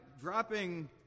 Dropping